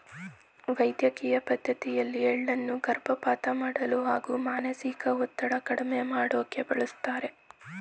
ವೈದ್ಯಕಿಯ ಪದ್ಡತಿಯಲ್ಲಿ ಎಳ್ಳನ್ನು ಗರ್ಭಪಾತ ಮಾಡಲು ಹಾಗೂ ಮಾನಸಿಕ ಒತ್ತಡ ಕಡ್ಮೆ ಮಾಡೋಕೆ ಬಳಸ್ತಾರೆ